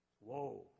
Whoa